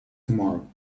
tomorrow